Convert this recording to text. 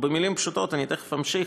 במילים פשוטות, אני תכף אמשיך,